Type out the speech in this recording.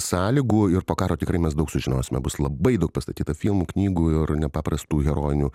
sąlygų ir po karo tikrai mes daug sužinosime bus labai daug pastatyta filmų knygų ir nepaprastų herojinių